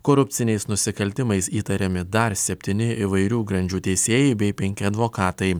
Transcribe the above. korupciniais nusikaltimais įtariami dar septyni įvairių grandžių teisėjai bei penki advokatai